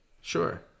Sure